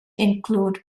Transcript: include